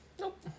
Nope